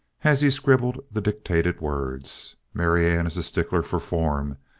as he scribbled the dictated words. marianne is a stickler for form.